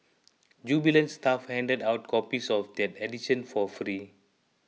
jubilant staff handed out copies of that edition for free